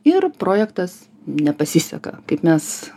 ir projektas nepasiseka kaip mes